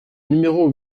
numéro